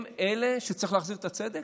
הם אלה, וצריך להחזיר את הצדק?